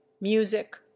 music